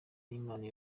y’imana